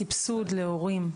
סבסוד להורים.